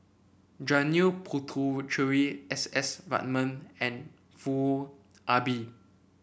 Janil Puthucheary S S Ratnam and Foo Ah Bee